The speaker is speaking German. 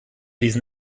diesen